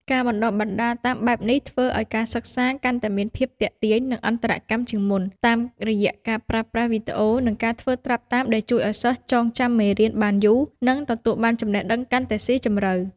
ការបណ្តុះបណ្តាលតាមបែបនេះធ្វើឱ្យការសិក្សាកាន់តែមានភាព ទាក់ទាញ និងអន្តរកម្ម ជាងមុន តាមរយៈការប្រើប្រាស់វីដេអូ និងការធ្វើត្រាប់តាម ដែលជួយឱ្យសិស្សចងចាំមេរៀនបានយូរនិងទទួលបានចំណេះដឹងកាន់តែស៊ីជម្រៅ។